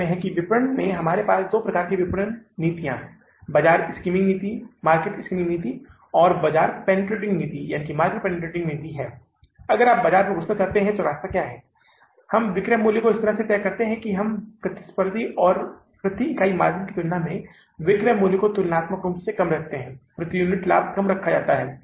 अन्य परिवर्तनीय खर्चों के लिए हमें 4 प्रतिशत की दर से भुगतान करना होगा और यह राशि कितनी निकल कर आती है यह निकल कर आती है 16000 सही है यह राशि 16000 डॉलर है जो हम भुगतान करने जा रहे हैं इसलिए एक भुगतान हम 240000 डॉलर का कर रहे हैं और अन्य भुगतान जो हम कर रहे हैं वह लगभग 80000 डॉलर है एक और भुगतान है जो हम कर रहे हैं 16000 डॉलर का जो भी हमें फिक्सचर्स के लिए भुगतान करना है